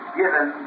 given